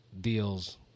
deals